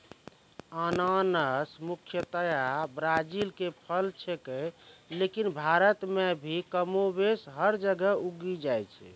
अनानस मुख्यतया ब्राजील के फल छेकै लेकिन भारत मॅ भी कमोबेश हर जगह उगी जाय छै